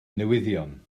newyddion